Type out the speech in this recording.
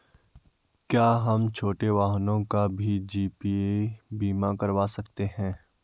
क्या हम छोटे वाहनों का भी जी.ए.पी बीमा करवा सकते हैं?